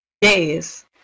Yes